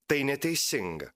tai neteisinga